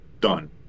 done